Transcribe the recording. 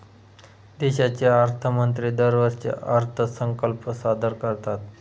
देशाचे अर्थमंत्री दरवर्षी अर्थसंकल्प सादर करतात